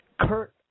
Kurt